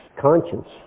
conscience